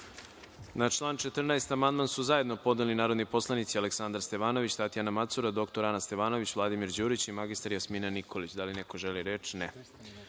Na član 14. amandman su zajedno podneli narodni poslanici Aleksandar Stevanović, Tatjana Macura, dr Ana Stevanović, Vladimir Đurić i mr Jasmina Nikolić. Da li neko želi reč?